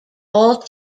all